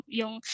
yung